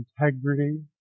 integrity